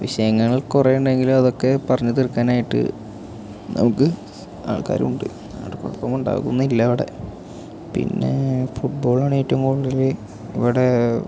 വിഷയങ്ങൾ കുറേ ഉണ്ടെങ്കിലും അതൊക്കെ പറഞ്ഞു തീർക്കാനായിട്ട് നമുക്ക് ആൾക്കാരുമുണ്ട് അതുകൊണ്ട് കുഴപ്പമൊന്നും ഉണ്ടാകുന്നില്ലിവിടെ പിന്നെ ഫുട് ബോളാണ് ഏറ്റവും കൂടുതൽ ഇവിടെ